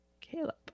Caleb